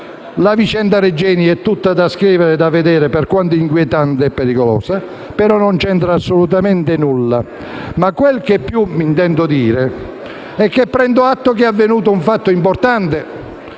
la vicenda Regeni è tutta da scrivere e da vedere per quanto inquietante e pericolosa, ma non c'entra assolutamente nulla. Tuttavia, vorrei dire che prendo atto che è avvenuto un fatto importante